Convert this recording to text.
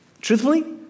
truthfully